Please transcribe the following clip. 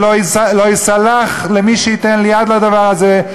זה לא ייסלח למי שייתן יד לדבר הזה.